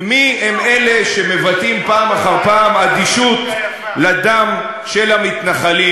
ומי הם אלה שמבטאים פעם אחר פעם אדישות לדם של המתנחלים?